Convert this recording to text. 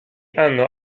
hanno